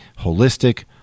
holistic